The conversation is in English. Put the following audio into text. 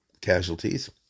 casualties